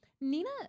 Nina